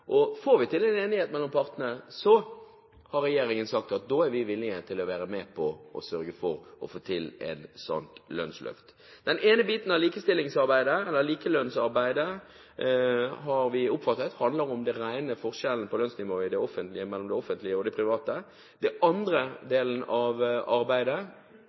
partene. Får vi til en enighet mellom partene, har regjeringen sagt at den er villig til å være med og sørge for å få til et slikt lønnsløft. Den ene biten av likelønnsarbeidet har vi oppfattet handler om forskjellen på lønnsnivået mellom det offentlige og det private. Den andre delen av arbeidet